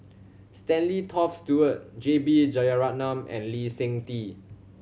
Stanley Toft Stewart J B Jeyaretnam and Lee Seng Tee